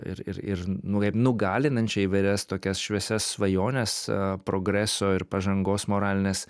ir ir ir nu kaip nugalinčią įvairias tokias šviesias svajones progreso ir pažangos moralinės